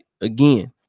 again